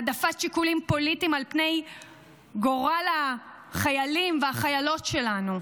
העדפת שיקולים פוליטיים על פני גורל החיילים והחיילות שלנו.